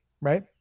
right